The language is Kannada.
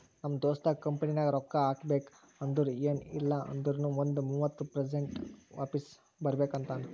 ನಮ್ ದೋಸ್ತ ಕಂಪನಿನಾಗ್ ರೊಕ್ಕಾ ಹಾಕಬೇಕ್ ಅಂದುರ್ ಎನ್ ಇಲ್ಲ ಅಂದೂರ್ನು ಒಂದ್ ಮೂವತ್ತ ಪರ್ಸೆಂಟ್ರೆ ವಾಪಿಸ್ ಬರ್ಬೇಕ ಅಂತಾನ್